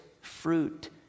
fruit